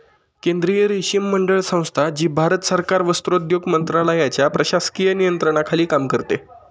केंद्रीय रेशीम मंडळ संस्था, जी भारत सरकार वस्त्रोद्योग मंत्रालयाच्या प्रशासकीय नियंत्रणाखाली काम करते